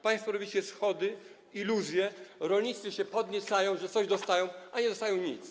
Państwo robicie schody, iluzje, rolnicy się podniecają, że coś dostają, a nie dostają nic.